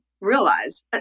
realize